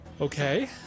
Okay